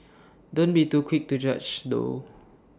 don't be too quick to judge though